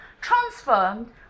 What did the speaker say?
transformed